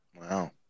Wow